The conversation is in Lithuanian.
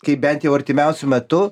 kaip bent jau artimiausiu metu